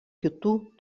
kitų